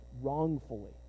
wrongfully